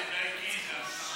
סליחה,